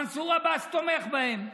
מנסור עבאס תומך בהם.